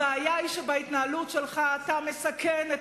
הבעיה היא שבהתנהלות שלך אתה מסכן את